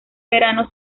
verano